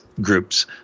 groups